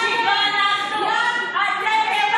למה?